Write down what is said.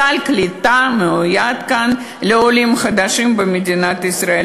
סל הקליטה מיועד כאן לעולים חדשים במדינת ישראל,